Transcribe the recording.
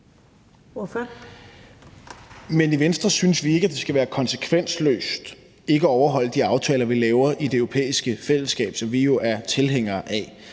Men i Venstre synes vi ikke, at det skal være konsekvensløst ikke at overholde de aftaler, vi laver i Det Europæiske Fællesskab, som vi jo er tilhængere af.